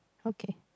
okay